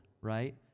right